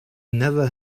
never